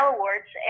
Awards